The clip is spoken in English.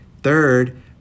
third